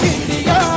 India